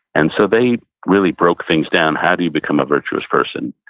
and so they really broke things down. how do you become a virtuous person?